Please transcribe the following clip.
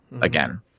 again